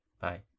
Bye